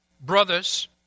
Brothers